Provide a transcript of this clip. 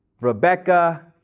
Rebecca